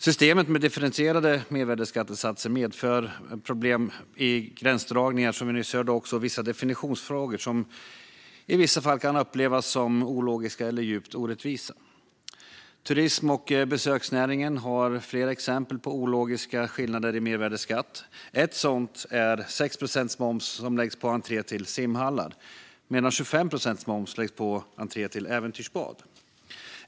Systemet med differentierade mervärdesskattesatser medför problem med gränsdragningar, som vi nyss hörde, och definitionsfrågor, som i vissa fall kan upplevas som ologiska eller djupt orättvisa. Turism och besöksnäringen har flera exempel på ologiska skillnader i mervärdesskatt. Ett sådant är att 6 procent moms läggs på entré till simhallar, medan 25 procent moms läggs på entré till äventyrsbad.